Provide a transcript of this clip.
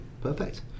perfect